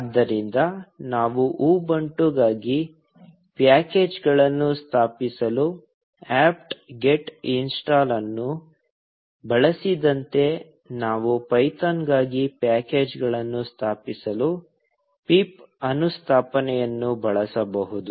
ಆದ್ದರಿಂದ ನಾವು ಉಬುಂಟುಗಾಗಿ ಪ್ಯಾಕೇಜ್ಗಳನ್ನು ಸ್ಥಾಪಿಸಲು apt get install ಅನ್ನು ಬಳಸಿದಂತೆ ನಾವು ಪೈಥಾನ್ಗಾಗಿ ಪ್ಯಾಕೇಜ್ಗಳನ್ನು ಸ್ಥಾಪಿಸಲು pip ಅನುಸ್ಥಾಪನೆಯನ್ನು ಬಳಸಬಹುದು